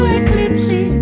eclipse